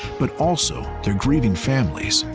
but also their grieving families,